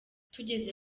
tugeze